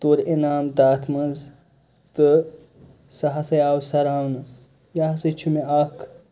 توٚر انعام تَتھ منٛز تہٕ سُہ ہسَے آو سراونہٕ یہِ ہسا چھُ مےٚ اَکھ